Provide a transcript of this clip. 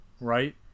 right